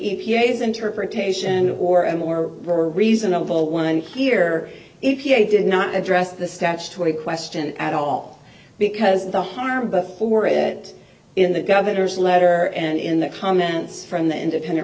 raise interpretation or a more or reasonable one here if you did not address the statutory question at all because the harbor for it in the governor's letter and in the comments from the independent